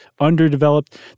underdeveloped